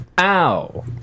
Ow